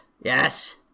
Yes